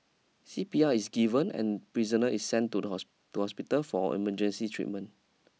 C P R is given and prisoner is sent to the house to hospital for emergency treatment